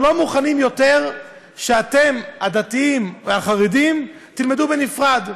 אנחנו לא מוכנים יותר שאתם הדתיים והחרדים תלמדו בנפרד.